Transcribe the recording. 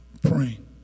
praying